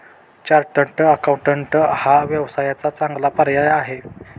chartered accountant हा व्यवसायाचा चांगला पर्याय आहे